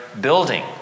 building